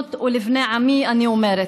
לבנות ולבני עמי אני אומרת: